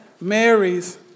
Mary's